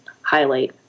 highlight